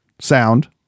sound